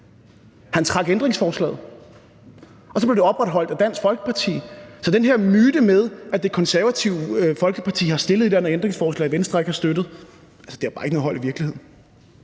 Han trak ændringsforslaget, og så blev det optaget af Dansk Folkeparti. Så den her myte om, at Det Konservative Folkeparti har stillet et eller andet ændringsforslag, Venstre ikke har støttet, har altså bare ikke noget hold i virkeligheden.